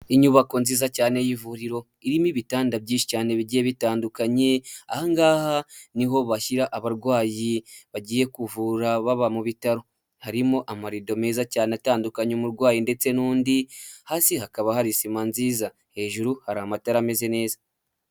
Inyubako nziza cyane y'ivuriro, irimo ibitanda byinshi cyane bigiye bitandukanye. Ahangaha niho bashyira abarwayi bagiye kuvura baba mu bitaro. Harimo amarido meza cyane atandukanye umurwayi ndetse n'undi, hasi hakaba hari sima nziza, hejuru hari amatara ameze neza.